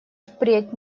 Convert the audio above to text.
впредь